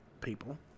people